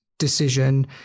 decision